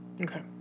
Okay